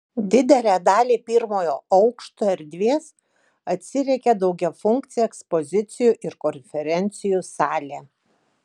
didelę dalį pirmojo aukšto erdvės atsiriekia daugiafunkcė ekspozicijų ir konferencijų salė